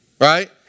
right